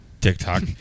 TikTok